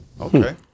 Okay